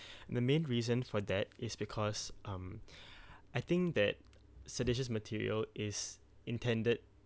the main reason for that is because um I think that seditious material is intended